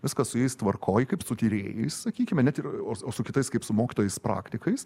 viskas su jais tvarkoj kaip su tyrėjais sakykime ne ir o su kitais kaip su mokytojais praktikais